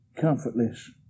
comfortless